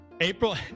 April